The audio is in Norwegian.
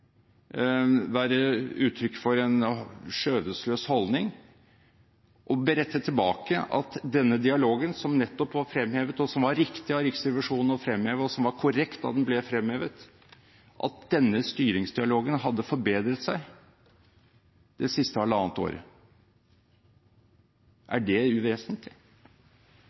være uttrykk for en skjødesløs holdning å berette tilbake at denne styringsdialogen – som nettopp var fremhevet, og som det var riktig av Riksrevisjonen å fremheve, og som var korrekt da den ble fremhevet – hadde forbedret seg det siste halvannet året. Er det uvesentlig?